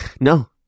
No